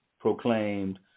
proclaimed